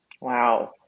Wow